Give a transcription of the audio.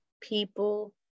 people